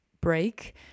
break